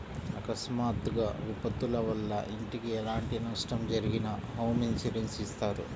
అకస్మాత్తుగా విపత్తుల వల్ల ఇంటికి ఎలాంటి నష్టం జరిగినా హోమ్ ఇన్సూరెన్స్ ఇత్తారు